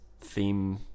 theme